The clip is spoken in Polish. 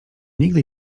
nigdy